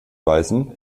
weißen